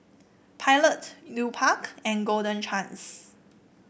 Pilot Lupark and Golden Chance